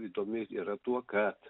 įdomi yra tuo kad